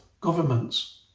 governments